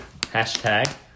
Hashtag